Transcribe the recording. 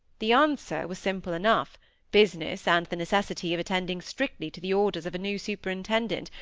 the answer was simple enough business and the necessity of attending strictly to the orders of a new superintendent,